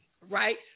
Right